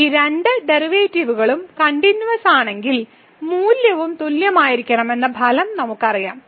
ഈ രണ്ട് ഡെറിവേറ്റീവുകളും കണ്ടിന്യൂവസ്സാണെങ്കിൽ മൂല്യവും തുല്യമായിരിക്കണമെന്ന ഫലം നമുക്കറിയാം